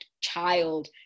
child